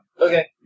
Okay